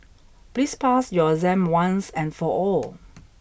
please pass your exam once and for all